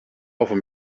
offer